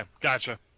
Gotcha